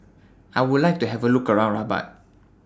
I Would like to Have A Look around Rabat